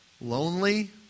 lonely